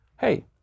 hey